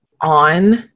on